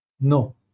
No